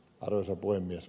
arvoisa puhemies